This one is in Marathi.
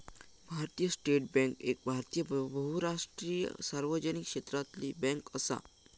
भारतीय स्टेट बॅन्क एक भारतीय बहुराष्ट्रीय सार्वजनिक क्षेत्रातली बॅन्क असा